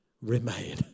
remain